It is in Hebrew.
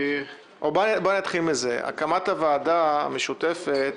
הקמת הוועדה המשותפת